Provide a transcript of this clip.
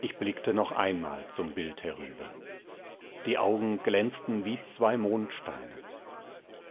ich blickte noch einmal zum bild herüber die augen glänzten wie zwei mondsteine